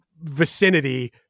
vicinity